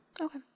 Okay